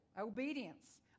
Obedience